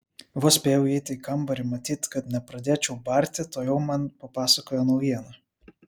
vos spėjau įeiti į kambarį matyt kad nepradėčiau barti tuojau man papasakojo naujieną